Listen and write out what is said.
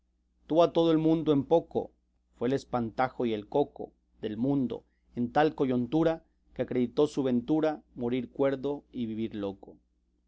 tuvo a todo el mundo en poco fue el espantajo y el coco del mundo en tal coyuntura que acreditó su ventura morir cuerdo y vivir loco